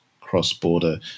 cross-border